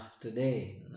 today